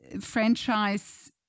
franchise